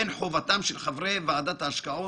סליחה חברת הכנסת איילת נחמיאס